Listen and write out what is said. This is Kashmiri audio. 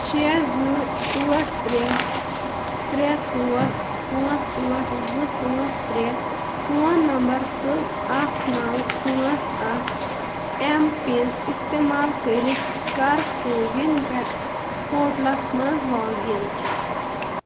شےٚ زٕ ٲٹھ ترٛےٚ ترٛےٚ ژور پٲنٛژھ ٲٹھ زٕ پٲنٛژھ ترٛےٚ فون نمبر تہٕ اَکھ نَو پٲنٛژھ اَکھ ایم پِن اِستعمال کٔرِتھ کَر کووِن پہ پورٹلس منٛز لاگ اِن